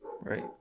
right